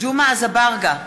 ג'מעה אזברגה,